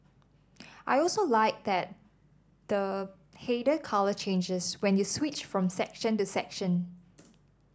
I also like that the the header colour changes when you switch from section to section